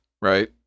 right